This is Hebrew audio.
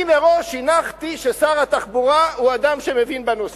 אני מראש הנחתי ששר התחבורה הוא אדם שמבין בנושא,